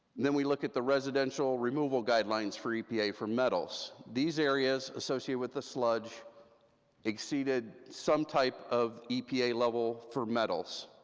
then we looked at the residential removal guidelines for epa for metals, these areas associated with the sludge exceeded some type of epa level for metals,